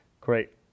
Great